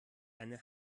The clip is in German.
eine